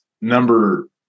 number